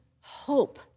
hope